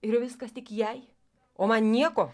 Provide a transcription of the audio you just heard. ir viskas tik jai o man nieko